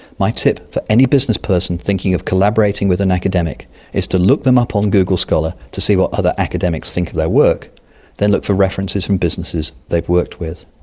my tip for any businessperson thinking of collaborating with an academic is to look them up on google scholar to see what other academics think of their work, and then look for references from businesses they've worked with.